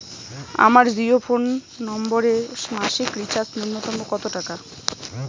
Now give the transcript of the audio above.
আমার জিও ফোন নম্বরে মাসিক রিচার্জ নূন্যতম কত টাকা?